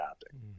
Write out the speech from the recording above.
adapting